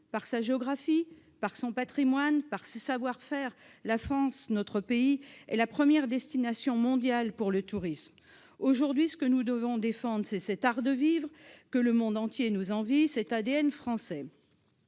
Par sa géographie, son patrimoine et ses savoir-faire, notre pays, la France, est la première destination mondiale pour le tourisme. Aujourd'hui, ce que nous devons défendre, c'est cet art de vivre que le monde nous envie, l'ADN français.